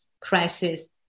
crisis